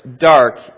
dark